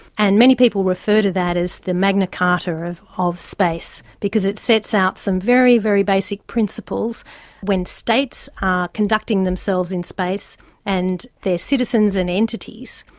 and many people refer to that as the magna carta of of space because it sets out some very, very basic principles when states are conducting themselves in space and their citizens and entities,